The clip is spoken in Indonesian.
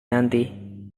nanti